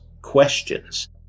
questions